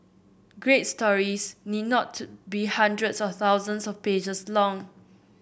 great stories need not to be hundreds or thousands of pages long